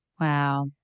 Wow